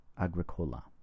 Agricola